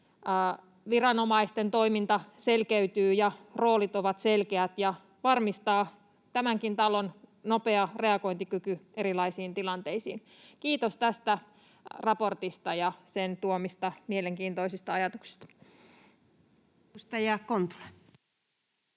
viranomaisten toiminta selkeytyy ja roolit ovat selkeät, ja varmistaa tämänkin talon nopea reagointikyky erilaisiin tilanteisiin. Kiitos tästä raportista ja sen tuomista mielenkiintoisista ajatuksista.